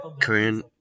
korean